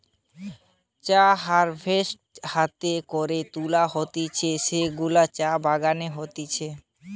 চা হারভেস্ট হাতে করে তুলা হতিছে যেগুলা চা বাগানে হতিছে